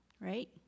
right